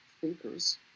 thinkers